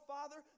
Father